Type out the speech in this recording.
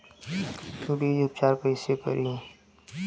बीज उपचार कईसे करी?